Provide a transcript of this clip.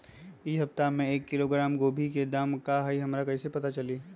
इ सप्ताह में एक किलोग्राम गोभी के दाम का हई हमरा कईसे पता चली?